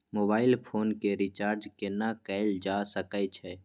Mobile phone के रिचार्ज केना कैल जा सकै छै?